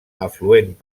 afluent